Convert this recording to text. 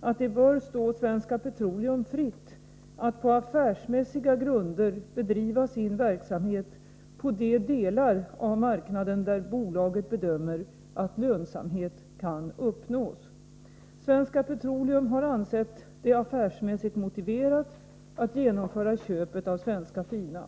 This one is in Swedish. att det bör stå Svenska Petroleum fritt att på affärsmässiga grunder bedriva sin verksamhet på de delar av marknaden där bolaget bedömer att lönsamhet kan uppnås. Svenska Petroleum har ansett det affärsmässigt motiverat att genomföra köpet av Svenska Fina.